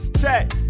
Check